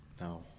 No